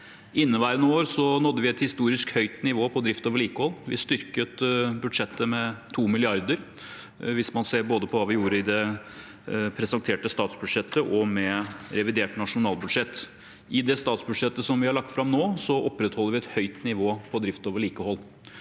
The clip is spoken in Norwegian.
Inneværende år nådde vi et historisk høyt nivå på drift og vedlikehold. Vi styrket budsjettet med 2 mrd. kr, hvis man ser på hva vi gjorde både i det presenterte statsbudsjettet og med revidert nasjonalbudsjett. I det statsbudsjettet vi har lagt fram nå, opprettholder vi et høyt nivå på drift og vedlikehold.